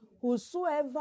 whosoever